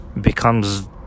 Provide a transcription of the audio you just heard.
becomes